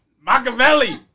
machiavelli